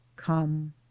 come